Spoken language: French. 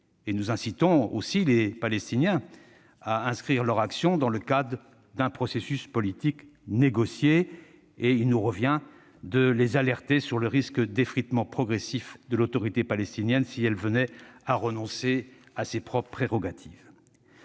Nous incitons aussi les Palestiniens à inscrire leur action dans le cadre d'un processus politique négocié. Il nous revient de les alerter sur le risque d'effritement progressif de l'Autorité palestinienne si elle venait à renoncer à ses propres prérogatives.